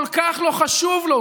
כל כך לא חשוב לו,